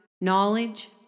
knowledge